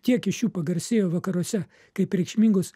tiek iš jų pagarsėjo vakaruose kaip reikšmingos